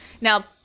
Now